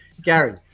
Gary